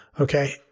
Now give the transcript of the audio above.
Okay